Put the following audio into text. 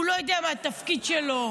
הוא לא יודע מה התפקיד שלו,